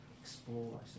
explore